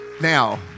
Now